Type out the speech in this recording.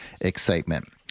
excitement